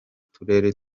turere